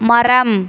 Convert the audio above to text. மரம்